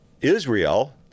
israel